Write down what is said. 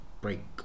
break